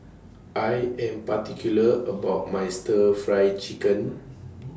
I Am particular about My Stir Fry Chicken